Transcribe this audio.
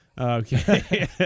Okay